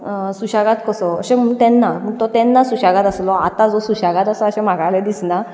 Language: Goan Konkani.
सुशेगाद कसो अशें म्हणून तेन्ना तो तेन्ना सुशेगाद आसलो आतां तो सुशेगाद आसा अशें म्हाका जाल्यार दिसना